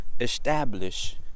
establish